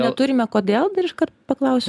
neturime kodėl dar iškart paklausiu